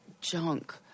junk